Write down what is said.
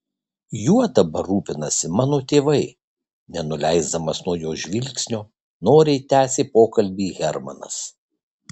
juo dabar rūpinasi mano tėvai nenuleisdamas nuo jos žvilgsnio noriai tęsė pokalbį hermanas